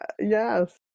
Yes